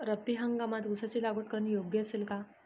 रब्बी हंगामात ऊसाची लागवड करणे योग्य असेल का?